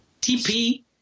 TP